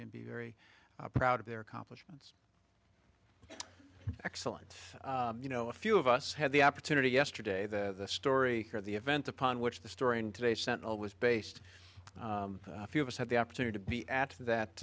can be very proud of their accomplishments excellent you know a few of us had the opportunity yesterday the story of the event upon which the story in today's sentinel was based a few of us had the opportunity to be at that